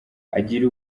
agira